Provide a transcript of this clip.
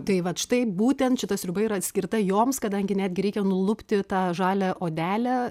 tai vat štai būtent šita sriuba yra atskirta joms kadangi netgi reikia nulupti tą žalią odelę